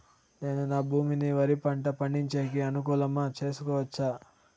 నేను నా భూమిని వరి పంట పండించేకి అనుకూలమా చేసుకోవచ్చా?